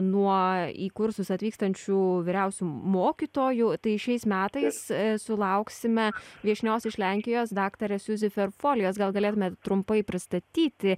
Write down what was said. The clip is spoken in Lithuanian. nuo į kursus atvykstančių vyriausių mokytojų tai šiais metais sulauksime viešnios iš lenkijos daktarės siuzi ferfoljos gal galėtumėt trumpai pristatyti